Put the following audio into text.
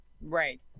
Right